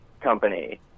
company